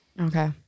Okay